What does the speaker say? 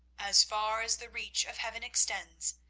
as far as the reach of heaven extends,